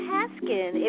Haskin